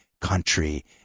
country